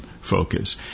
focus